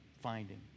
finding